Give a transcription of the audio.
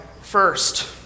first